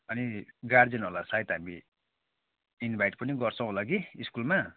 अनि गार्जियनहरूलाई सायद हामी इन्भाइट पनि गर्छौँ होला कि स्कुलमा